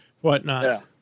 whatnot